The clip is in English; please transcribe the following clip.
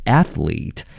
athlete